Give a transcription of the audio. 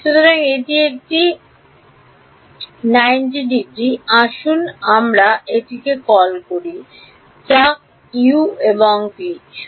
সুতরাং এটি একটি 90 ডিগ্রি আসুন আমরা এটিকে কল করি যাক u এবং v